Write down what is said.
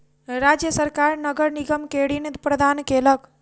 राज्य सरकार नगर निगम के ऋण प्रदान केलक